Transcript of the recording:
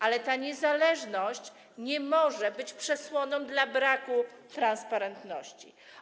Ale ta niezależność nie może być przesłoną dla braku transparentności.